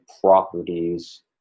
properties